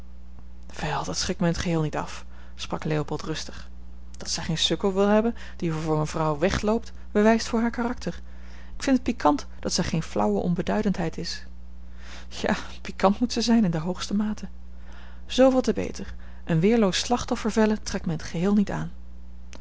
dat schrikt mij in t geheel niet af sprak leopold rustig dat zij geen sukkel wil hebben die voor een vrouw wegloopt bewijst voor haar karakter ik vind het piquant dat zij geene flauwe onbeduidendheid is ja piquant moet ze zijn in de hoogste mate zooveel te beter een weerloos slachtoffer vellen trekt mij in t geheel niet aan